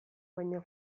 baina